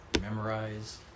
memorize